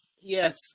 Yes